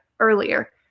earlier